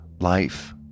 life